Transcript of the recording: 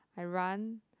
I run